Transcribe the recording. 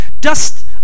dust